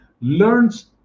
learns